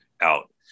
out